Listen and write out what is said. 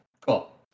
Cool